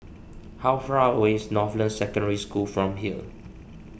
how far away is Northland Secondary School from here